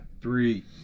three